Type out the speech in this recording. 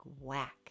whack